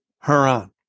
Haran